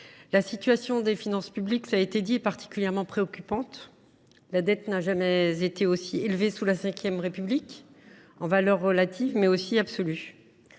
la situation des finances publiques, cela a été dit, est particulièrement préoccupante. La dette n’a jamais été aussi élevée sous la V République, en valeur relative comme en valeur absolue.